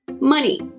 Money